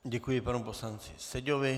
Děkuji panu poslanci Seďovi.